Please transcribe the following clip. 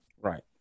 Right